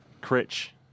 Critch